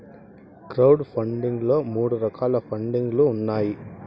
crowd funding లో మూడు రకాల పండింగ్ లు ఉన్నాయి